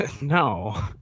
No